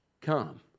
come